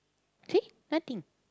see nothing